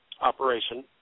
operation